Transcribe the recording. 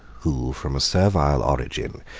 who, from a servile origin,